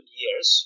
years